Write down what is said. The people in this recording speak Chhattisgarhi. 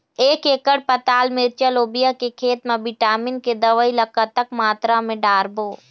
एक एकड़ पताल मिरचा लोबिया के खेत मा विटामिन के दवई ला कतक मात्रा म डारबो?